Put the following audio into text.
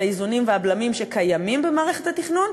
את האיזונים והבלמים שקיימים במערכת התכנון,